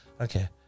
Okay